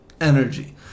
Energy